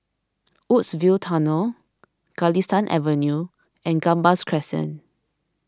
Woodsville Tunnel Galistan Avenue and Gambas Crescent